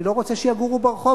אני לא רוצה שיגורו ברחוב,